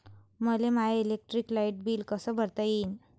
मले माय electric light bill कस भरता येईल?